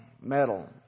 metal